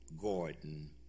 Gordon